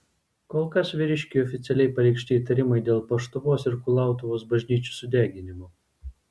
kol kas vyriškiui oficialiai pareikšti įtarimai dėl paštuvos ir kulautuvos bažnyčių sudeginimo